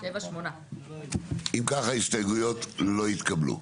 הצבעה ההסתייגויות נדחו אם כך ההסתייגויות לא התקבלו.